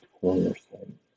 cornerstone